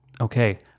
okay